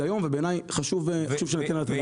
היום ובעיניי חשוב שניתן עליה את הדעת.